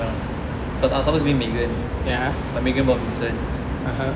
cause I'm supposed to bring ming yuan but megan brought vincent